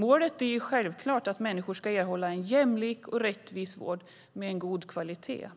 Målet är självfallet att människor ska erhålla en jämlik och rättvis vård med god kvalitet.